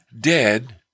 dead